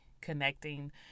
connecting